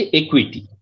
equity